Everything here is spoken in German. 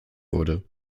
wurde